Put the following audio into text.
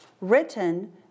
Written